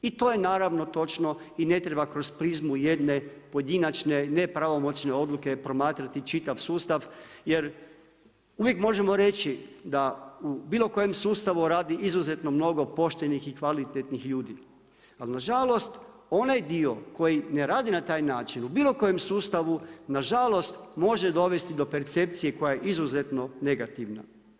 I to je naravno točno i ne treba kroz prizmu jedne pojedinačne nepravomoćne odluke promatrati čitav jer uvijek možemo reći da u bilo kojem sustavu radi izuzetno mnogo poštenih i kvalitetnih ljudi, ali nažalost onaj dio koji ne radi na taj način u bilo kojem sustavu, nažalost može dovesti do percepcije koja izuzetno negativna.